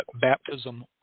baptism